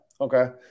Okay